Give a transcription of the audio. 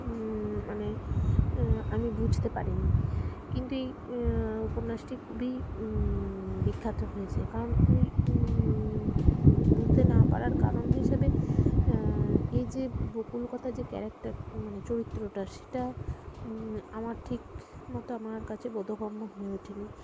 মানে আমি বুঝতে পারিিনি কিন্তু এই উপন্যাসটি খুবই বিখ্যাত হয়েছে কারণ এই বুঝতে না পারার কারণ হিসেবে এই যে বকুল কথা যে ক্যারেক্টার মানে চরিত্রটা সেটা আমার ঠিক মতো আমার কাছে বোধগম্য হয়ে ওঠে নি